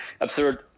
absurd